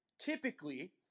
typically